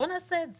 בואו נעשה את זה.